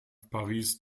paris